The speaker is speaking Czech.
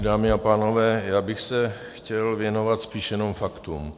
Dámy a pánové, já bych se chtěl věnovat spíše jen faktům.